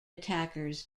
attackers